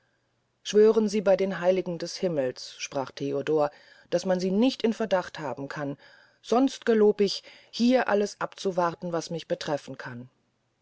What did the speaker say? schwören sie bey den heiligen des himmels sprach theodor daß man sie nicht in verdacht haben kann sonst gelob ich hier alles abzuwarten was mich betreffen kann